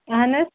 اہن حظ